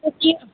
ओ कि